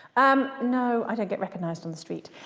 um, no, i don't get recognised on the street.